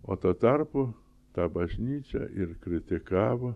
o tuo tarpu tą bažnyčią ir kritikavo